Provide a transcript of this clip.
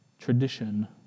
tradition